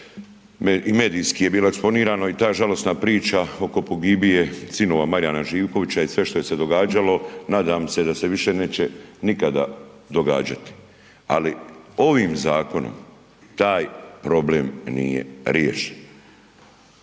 i medijski je bilo eksponirano i ta žalosna priča oko pogibije sinova Marijana Živkovića i sve što je se događalo nadam se više neće nikada događati. Ali ovim zakonom taj problem nije riješen.